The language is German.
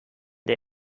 der